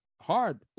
hard